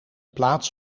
plaats